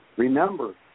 Remember